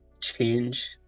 change